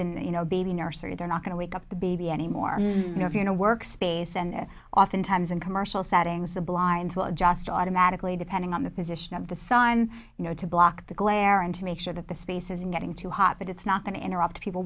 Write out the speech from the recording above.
in you know baby nursery they're not going to wake up the baby anymore you have you know workspace and oftentimes in commercial setting as the blinds will adjust automatically depending on the position of the sun you know to block the glare and to make sure that the space is in getting too hot that it's not going to interrupt people